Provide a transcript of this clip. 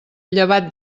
llevat